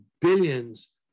billions